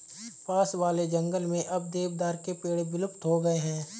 पास वाले जंगल में अब देवदार के पेड़ विलुप्त हो गए हैं